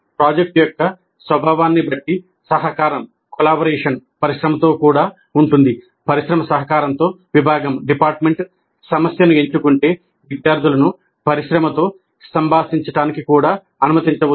project యొక్క స్వభావాన్ని బట్టి సహకారం సమస్యను ఎంచుకుంటే విద్యార్థులను పరిశ్రమతో సంభాషించడానికి కూడా అనుమతించవచ్చు